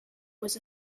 was